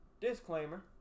Disclaimer